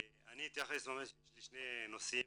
אני אתייחס לשני נושאים.